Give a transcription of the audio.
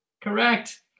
Correct